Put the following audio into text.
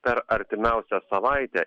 per artimiausią savaitę